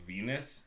Venus